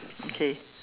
okay